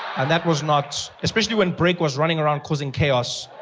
and that was not, especially when brake was running around causing chaos.